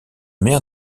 mer